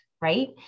right